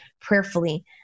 prayerfully